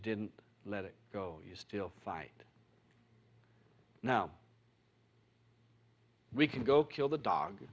didn't let it go you still fight now we can go kill the dog